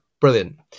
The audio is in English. brilliant